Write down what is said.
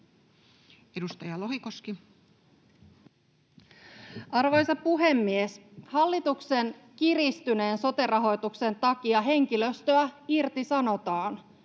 16:44 Content: Arvoisa puhemies! Hallituksen kiristyneen sote-rahoituksen takia henkilöstöä irtisanotaan,